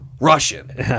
Russian